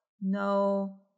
no